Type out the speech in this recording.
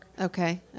Okay